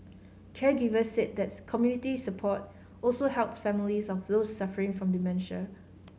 caregivers said that's community support also helps families of those suffering from dementia